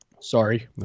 sorry